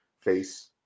face